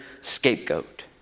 scapegoat